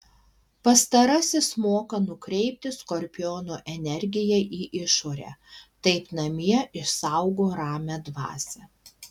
pastarasis moka nukreipti skorpiono energiją į išorę taip namie išsaugo ramią dvasią